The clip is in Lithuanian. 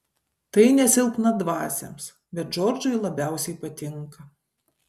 tai ne silpnadvasiams bet džordžui labiausiai patinka